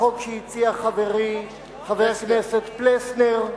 לחוק שהציע חברי חבר הכנסת פלסנר.